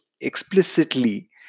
explicitly